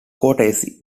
courtesy